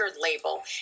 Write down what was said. label